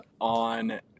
on